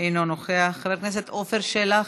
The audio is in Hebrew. אינו נוכח, חבר הכנסת עפר שלח,